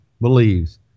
believes